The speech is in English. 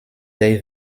their